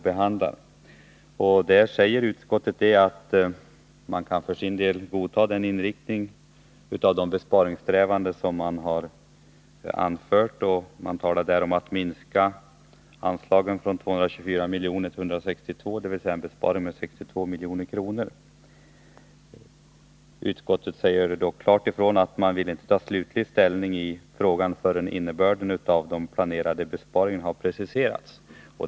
Utskottet säger sig för sin del kunna godta den inriktning av besparingssträvandena som regeringen har föreslagit, och man talar om en besparing på 62 milj.kr. Utskottet säger dock klart ifrån att man inte vill ta slutlig ställning i frågan förrän innebörden av de planerade besparingarna har preciserats.